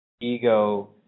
ego